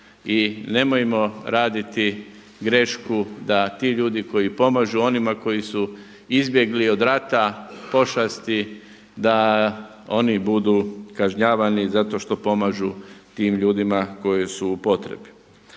i nemojmo raditi grešku da ti ljudi koji pomažu onima koji su izbjegli od rata pošasti, da oni budu kažnjavani zato što pomažu tim ljudima koji su u potrebi.